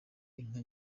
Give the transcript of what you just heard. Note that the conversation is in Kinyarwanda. inka